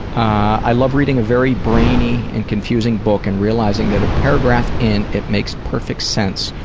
i love reading a very brainy and confusing book and realizing that a paragraph in, it makes perfect sense,